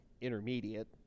Intermediate